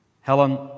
Helen